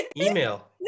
Email